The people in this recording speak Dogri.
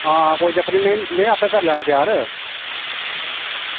आं कोई चक्कर निं में आपें करी लैना त्यार